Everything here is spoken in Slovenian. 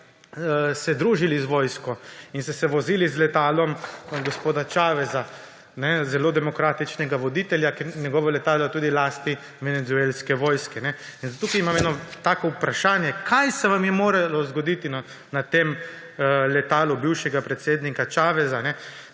družili z vojsko in ste se vozili z letalom gospoda Chaveza – zelo demokratičnega voditelja, njegovo letalo je tudi v lasti venezuelske vojske. Tukaj imam eno tako vprašanje, kaj se vam je moralo zgoditi na tem letalu bivšega predsednika Chaveza